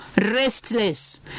restless